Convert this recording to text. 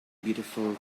beautiful